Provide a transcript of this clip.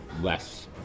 less